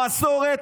מסורת,